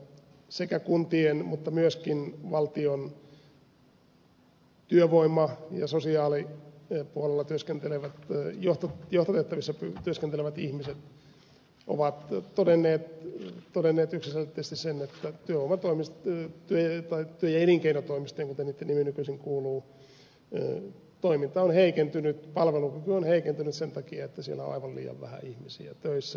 sekä kuntien että myöskin valtion työvoima ja sosiaalipuolella johtotehtävissä työskentelevät ihmiset ovat todenneet yksiselitteisesti sen että työ ja elinkeinotoimistojen kuten niitten nimi nykyisin kuuluu toiminta on heikentynyt palvelukyky on heikentynyt sen takia että siellä on aivan liian vähän ihmisiä töissä